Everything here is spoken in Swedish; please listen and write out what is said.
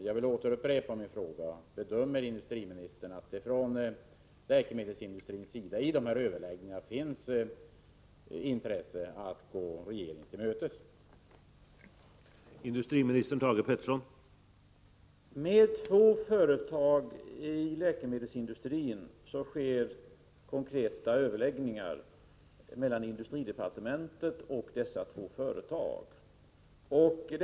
Jag vill därför upprepa min fråga: Bedömer industriministern att det från läkemedelsindustrins sida finns ett intresse att gå regeringen till mötes i de här överläggningarna?